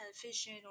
television